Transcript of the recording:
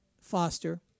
Foster